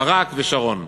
ברק ושרון,